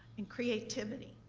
in creativity.